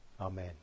Amen